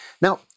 Now